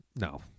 No